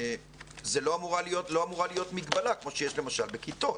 זאת לא אמורה להיות מגבלה, כמו שיש למשל בכיתות.